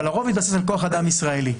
אבל הרוב מתבסס על כוח אדם ישראלי.